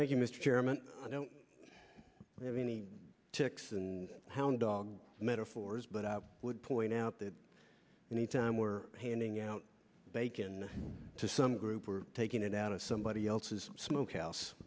you mr chairman i don't have any ticks and hound dog metaphors but i would point out that anytime we're handing out bacon to some group or taking it out of somebody else's smoke house